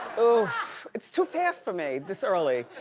oof, it's too fast for me this early.